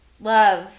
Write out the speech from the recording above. love